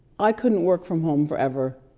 i couldn't work from home forever.